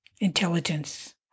intelligence